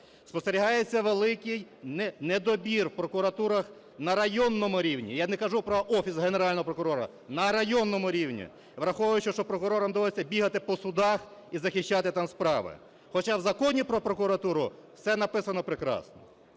Спостерігається великий недобір в прокуратурах на районному рівні, я не кажу про Офіс Генерального прокурора, на районному рівні, враховуючи, що прокурорам доводиться бігати по судах і захищати там справи, хоча в Законі "Про прокуратуру" все написано прекрасно.